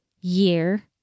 year